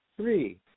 three